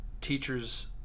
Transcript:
teachers